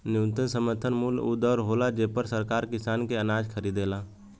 न्यूनतम समर्थन मूल्य उ दर होला जेपर सरकार किसान के अनाज खरीदेला